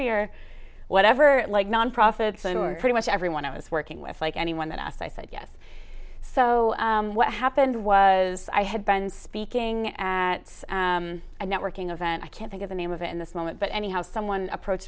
your whatever like nonprofits and were pretty much everyone i was working with like anyone that asked i said yes so what happened was i had been speaking at a networking event i can't think of the name of it in this moment but anyhow someone approach